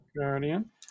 Guardian